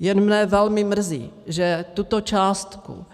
Jen mě velmi mrzí, že tuto částku